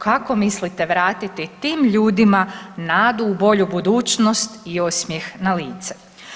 Kako mislite vratiti tim ljudima nadu u bolju budućnost i osmjeh na lice?